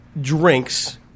drinks